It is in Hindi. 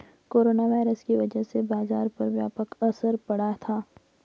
कोरोना वायरस की वजह से बाजार पर व्यापक असर पड़ा था